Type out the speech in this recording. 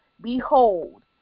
behold